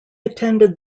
attended